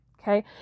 okay